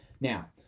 Now